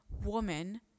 woman